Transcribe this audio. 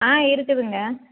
ஆ இருக்குதுங்க